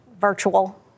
virtual